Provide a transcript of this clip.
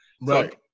Right